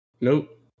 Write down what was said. Nope